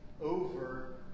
over